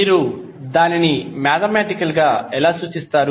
మీరు దానిని మేథమాటికల్ గా ఎలా సూచిస్తారు